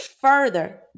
further